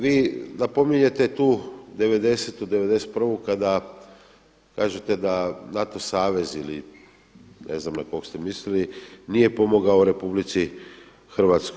Vi napominjete tu '90.-tu, '91.-u kada kažete da NATO savez ili ne znam na koga ste mislili nije pomogao RH.